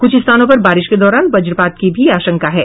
कुछ स्थानों पर बारिश के दौरान वजपात की भी आशंका है